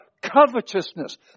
covetousness